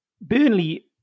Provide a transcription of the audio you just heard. Burnley